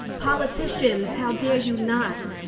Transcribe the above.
politicians, how dare you not?